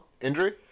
Injury